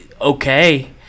okay